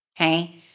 okay